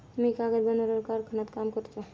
मी कागद बनवणाऱ्या कारखान्यात काम करतो